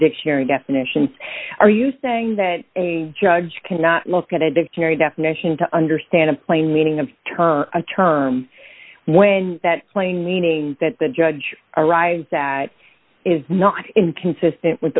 dictionary definitions are you saying that a judge cannot look at a dictionary definition to understand a plain meaning of her term when that plain meaning that the judge arrives at is not inconsistent with